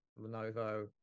Lenovo